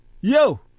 yo